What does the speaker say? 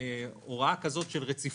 הוראה כזאת של רציפות,